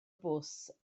bws